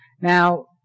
Now